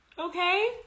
Okay